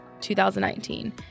2019